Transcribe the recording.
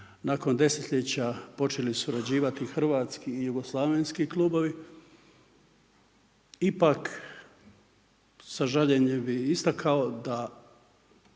nakon desetljeća počeli surađivati hrvatski i jugoslavenski klubovi ipak sa žaljenjem bi istakao da